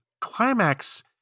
climax